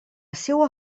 seua